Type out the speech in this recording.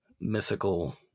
mythical